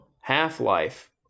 Half-Life